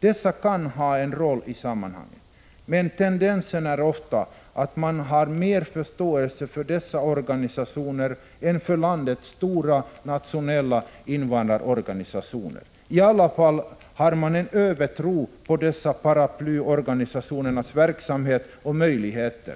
Dessa kan ha en roll i sammanhanget, men tendensen är ofta att man har mer förståelse för dessa organisationer än för landets stora nationella invandrarorganisationer. Under alla förhållanden har man en övertro på dessa paraplyorganisationers verksamhet och möjligheter,